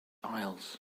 aisles